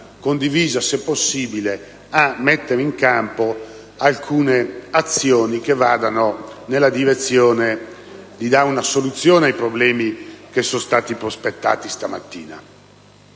condivisa se possibile, a mettere in campo alcune azioni per dare una soluzione ai problemi che sono stati prospettati stamattina.